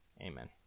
Amen